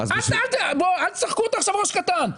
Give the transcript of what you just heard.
אל תשחקו אותה עכשיו ראש קטן.